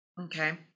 Okay